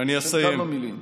של כמה מילים.